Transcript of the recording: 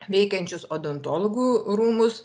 veikiančius odontologų rūmus